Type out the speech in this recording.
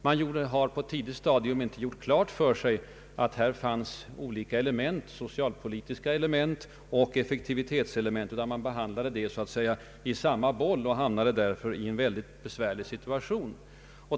Man har inte på ett tidigt stadium gjort klart för sig att här fanns olika ele ment — socialpolitiska element och effektivitetselement — utan behandlade dem så att säga i samma boll och hamnade därför i en besvärlig situation.